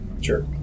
Sure